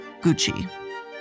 Gucci